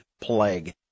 plague